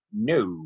no